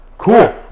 Cool